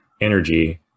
energy